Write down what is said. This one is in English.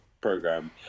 program